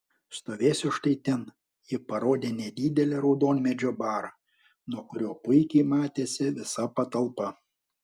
stovėsiu štai ten ji parodė nedidelį raudonmedžio barą nuo kurio puikiai matėsi visa patalpa